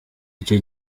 icyo